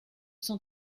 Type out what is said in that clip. cent